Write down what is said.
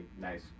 nice